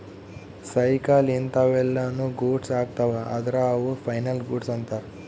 cycle ಇಂತವೆಲ್ಲ ನು goods ಅಗ್ತವ ಅದ್ರ ಅವು ಫೈನಲ್ ಗೂಡ್ಸ್ ಅಂತರ್